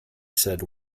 said